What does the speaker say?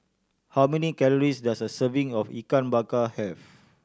how many calories does a serving of Ikan Bakar have